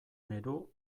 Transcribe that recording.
nerhu